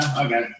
Okay